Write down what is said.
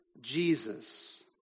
Jesus